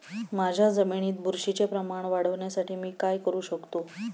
माझ्या जमिनीत बुरशीचे प्रमाण वाढवण्यासाठी मी काय करू शकतो?